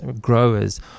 growers